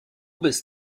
bist